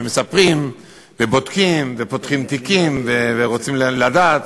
ומספרים ובודקים ופותחים תיקים ורוצים לדעת.